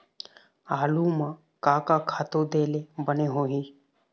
आलू म का का खातू दे ले बने होही?